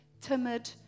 timid